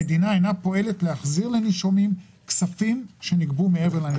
המדינה אינה פועלת להחזיר לנישומים כספים שנגבו מעבר לנדרש.